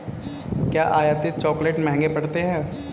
क्या आयातित चॉकलेट महंगे पड़ते हैं?